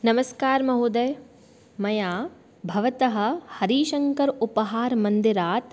नमस्कारः महोदय मया भवतः हरिशङ्करः उपाहारमन्दिरात्